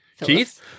Keith